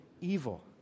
evil